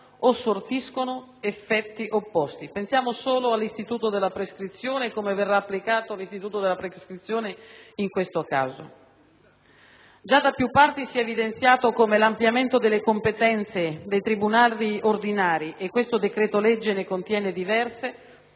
o sortiscono effetti opposti. Si pensi solo a come verrà applicato l'istituto della prescrizione in questo caso. Già da più parti si è evidenziato come l'ampliamento delle competenze dei tribunali ordinari (e questo decreto-legge ne contiene diverse)